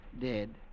dead